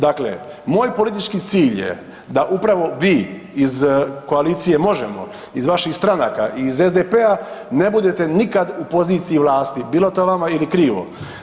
Dakle, moj politički cilj je da upravo vi iz koalicije Možemo!, iz vaših stranaka i iz SDP-a ne budete nikad u poziciji vlasti, bilo to vama ili krivo.